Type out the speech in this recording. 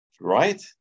right